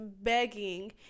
begging